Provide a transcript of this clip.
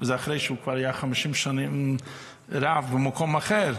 זה אחרי שהוא כבר היה 50 שנה רב במקום אחר.